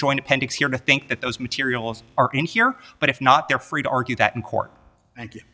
joint appendix here to think that those materials are in here but if not they're free to argue that in court and